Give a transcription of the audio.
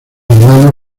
hermano